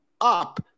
up